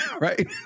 Right